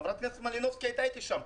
חברת הכנסת מלינובסקי הייתה איתי שם.